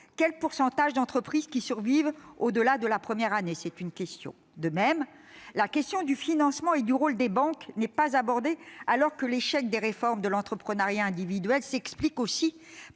le pourcentage des entreprises qui survivent au-delà de la première année ? De même, la question du financement et du rôle des banques n'est pas abordée, alors que l'échec des réformes de l'entrepreneuriat individuel s'explique aussi par la